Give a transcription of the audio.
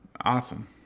Awesome